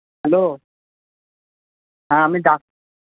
hello হ্যাঁ আমি